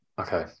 Okay